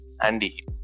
Andy